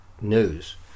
news